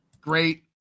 Great